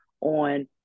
on